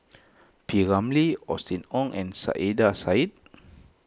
P Ramlee Austen Ong and Saiedah Said